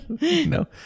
No